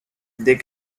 they